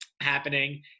happening